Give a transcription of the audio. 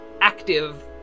active